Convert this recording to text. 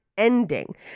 ending